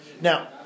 Now